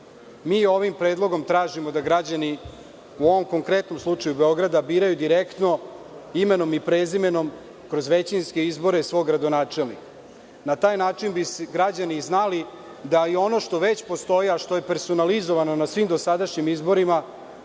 Srbiji. Ovim predlogom tražimo da građani, u ovom konkretnom slučaju Beograda, biraju direktno, imenom i prezimenom, kroz većinske izbore, svog gradonačelnika. Na taj način bi građani znali da i ono što već postoji, a što je personalizovano na svim dosadašnjim izborima,